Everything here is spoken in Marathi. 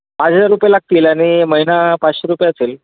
पाच हजार रुपये लागतील आणि महिना पाचशे रुपये असेल